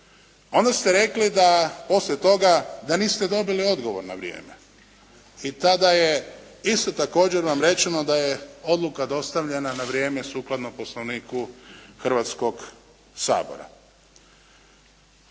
onda ste rekli da poslije toga da niste dobili odgovor na vrijeme. I tada je isto također vam rečeno da je odluka dostavljena na vrijeme sukladno Poslovniku Hrvatskoga sabora.